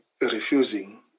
refusing